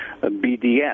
BDS